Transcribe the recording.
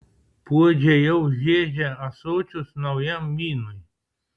puodžiai jau žiedžia ąsočius naujam vynui